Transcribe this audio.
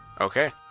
Okay